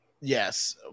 Yes